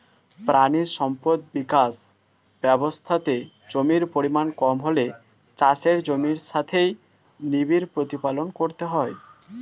প্রাণী সম্পদ বিকাশ ব্যবস্থাতে জমির পরিমাণ কম হলে চাষের জমির সাথেই নিবিড় প্রতিপালন করতে হয়